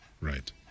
Right